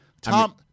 Tom